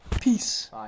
Peace